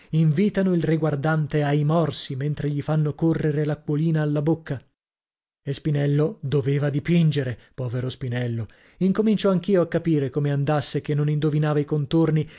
invitano il riguardante ai morsi mentre gli fanno correre l'acquolina alla bocca e spinello doveva dipingere povero spinello incomincio anch'io a capire come andasse che non indovinava i contorni